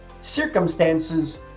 circumstances